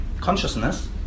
consciousness